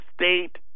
State